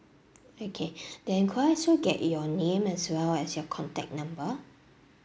okay then could I also get your name as well as your contact number